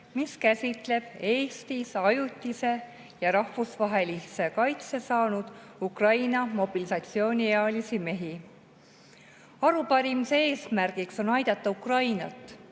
mis käsitleb Eestis ajutise ja rahvusvahelise kaitse saanud Ukraina mobilisatsiooniealisi mehi. Arupärimise eesmärk on aidata Ukrainat,